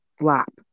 lap